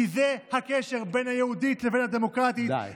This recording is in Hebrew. כי זה הקשר בין ה"יהודית" לבין ה"דמוקרטית" די.